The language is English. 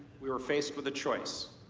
we were faced with a choice.